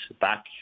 back